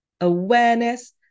awareness